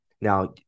Now